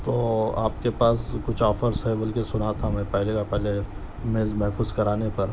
تو آپ کے پاس کچھ آفرس ہے بول کے سنا تھا میں پہلے کا پہلے میز محفوظ کرانے پر